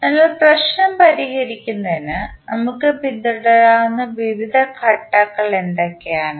അതിനാൽ പ്രശ്നം പരിഹരിക്കുന്നതിന് നമുക്ക് പിന്തുടരാവുന്ന വിവിധ ഘട്ടങ്ങൾ എന്തൊക്കെയാണ്